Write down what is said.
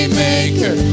maker